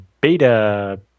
beta